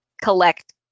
collect